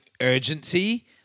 urgency